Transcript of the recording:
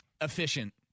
Efficient